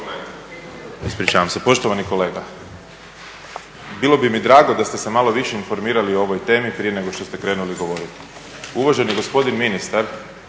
Peđa (SDP)** Poštovani kolega bilo bi mi drago da ste se malo više informirali o ovoj temi prije nego što ste krenuli govoriti. Uvaženi gospodin ministar